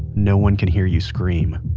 no one can hear you scream.